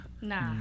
Nah